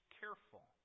careful